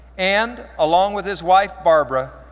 and, along with his wife, barbara,